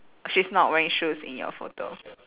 she's not wearing shoes in your photo